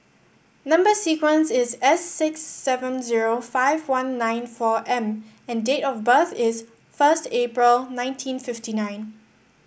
number sequence is S six seven zero five one nine four M and date of birth is first April nineteen fifty nine